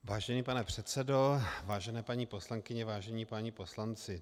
Vážený pane předsedo, vážené paní poslankyně, vážení páni poslanci.